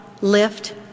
lift